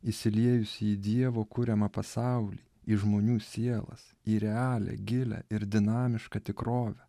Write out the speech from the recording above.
įsiliejusi į dievo kuriamą pasaulį į žmonių sielas į realią gilią ir dinamišką tikrovę